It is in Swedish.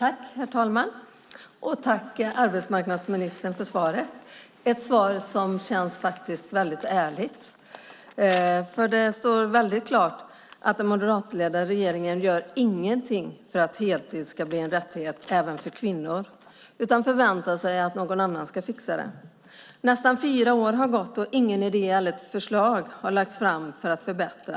Herr talman! Tack, arbetsmarknadsministern, för svaret! Det är ett svar som känns ärligt eftersom det står klart att den moderatledda regeringen inte gör någonting för att heltid ska bli en rättighet även för kvinnor, utan man förväntar sig att någon annan ska fixa det. Nästan fyra år har gått och inget förslag har lagts fram för att förbättra detta.